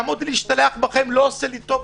לעמוד ולהשתלח בכם לא עושה לי טוב,